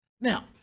now